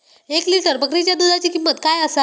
एक लिटर बकरीच्या दुधाची किंमत काय आसा?